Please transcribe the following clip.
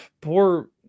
poor